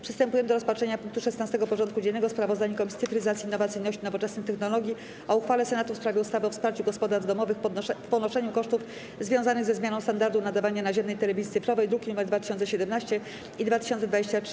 Przystępujemy do rozpatrzenia punktu 16. porządku dziennego: Sprawozdanie Komisji Cyfryzacji, Innowacyjności i Nowoczesnych Technologii o uchwale Senatu w sprawie ustawy o wsparciu gospodarstw domowych w ponoszeniu kosztów związanych ze zmianą standardu nadawania naziemnej telewizji cyfrowej (druki nr 2017 i 2023)